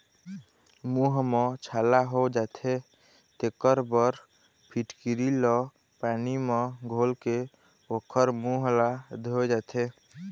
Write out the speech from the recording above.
मूंह म छाला हो जाथे तेखर बर फिटकिरी ल पानी म घोलके ओखर मूंह ल धोए जाथे